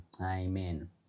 Amen